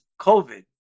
COVID